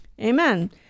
Amen